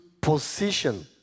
position